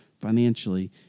financially